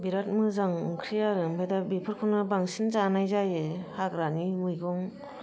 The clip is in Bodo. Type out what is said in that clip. बिरात मोजां ओंख्रि आरो ओमफ्राय दा बेफोरखौनो बांसिन जानाय जायो हाग्रानि मैगं